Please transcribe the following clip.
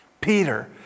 Peter